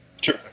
Sure